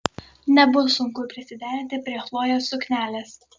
nebus sunku prisiderinti prie chlojės suknelės